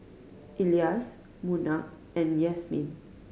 Elyas Munah and Yasmin